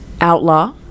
Outlaw